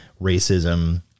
racism